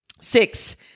six